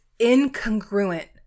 incongruent